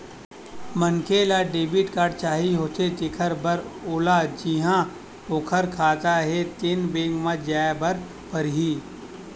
मनखे ल debit card चाही होथे तेखर बर ओला जिहां ओखर खाता हे तेन बेंक म जाए बर परही